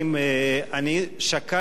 אני שקלתי,